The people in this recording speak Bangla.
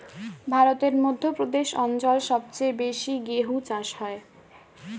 ভারতের মধ্য প্রদেশ অঞ্চল সবচেয়ে বেশি গেহু চাষ হয়